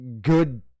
good